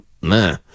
meh